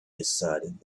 decided